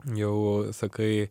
jau sakai